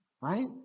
right